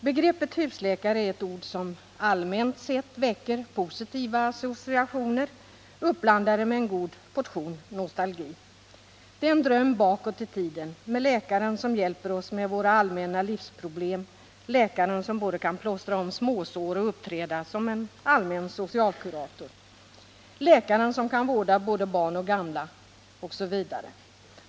Begreppet husläkare är ett ord som allmänt sett väcker positiva associationer, uppblandade med en god portion nostalgi. Det är en dröm bakåt i tiden, med läkaren som hjälper oss med våra allmänna livsproblem, läkaren som både kan plåstra om småsår och uppträda som en allmän socialkurator, läkaren som kan vårda både barn och gamla osv.